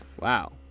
wow